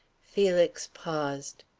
felix paused.